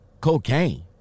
Cocaine